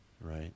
Right